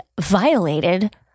violated